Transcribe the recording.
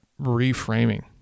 reframing